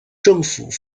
政府